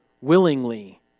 willingly